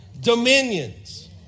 Dominions